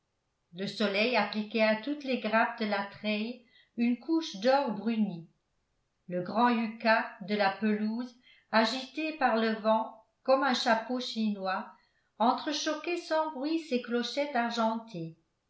le soleil appliquait à toutes les grappes de la treille une couche d'or bruni le grand yucca de la pelouse agité par le vent comme un chapeau chinois entrechoquait sans bruit ses clochettes argentées